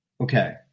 Okay